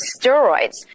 steroids